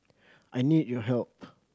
I need your help